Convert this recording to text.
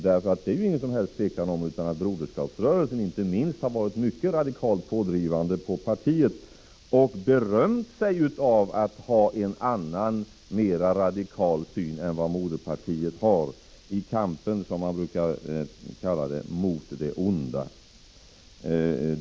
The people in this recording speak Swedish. Det råder ju ingen som helst tvekan om att Broderskapsrörelsen har varit mycket radikalt pådrivande på partiet och berömt sig av att ha en annan och mer radikal syn än vad moderpartiet har i kampen, som man brukar kalla det, mot det onda.